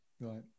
Right